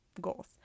goals